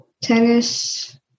tennis